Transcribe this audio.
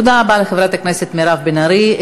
תודה רבה לחברת הכנסת מירב בן ארי.